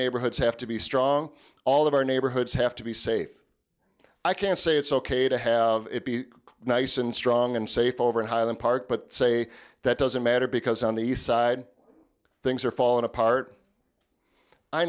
neighborhoods have to be strong all of our neighborhoods have to be safe i can't say it's ok to have it be nice and strong and safe over in highland park but say that doesn't matter because on the east side things are falling apart i